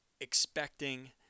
expecting